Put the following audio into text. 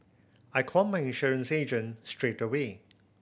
I called my insurance agent straight away